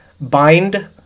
bind